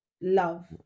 love